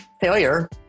failure